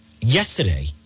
yesterday